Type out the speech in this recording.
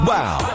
Wow